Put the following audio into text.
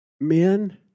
men